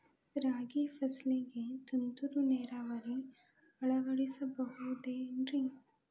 ರಾಗಿ ಫಸಲಿಗೆ ತುಂತುರು ನೇರಾವರಿ ಅಳವಡಿಸಬಹುದೇನ್ರಿ?